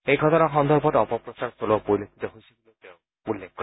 এই ঘটনা সন্দৰ্ভত অপপ্ৰচাৰ চলোৱা পৰিলক্ষিত হৈছে বুলিও তেওঁ উল্লেখ কৰে